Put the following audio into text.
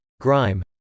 grime